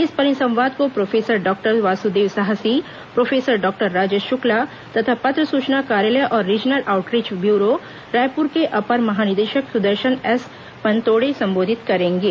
इस परिसंवाद को professor doctor Vasudev Sahasi professor doctor Rajesh Shukla तथा पत्र सूचना कार्यालय और रीजनल आऊटरीच ब्यूरो रायपूर के अपर महानिदेशक सुदर्शन एस पनतोड़े संबोधित करेंगे